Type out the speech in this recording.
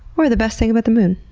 or the best thing about the moon?